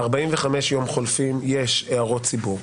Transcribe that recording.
45 ימים חולפים ויש הערות ציבור.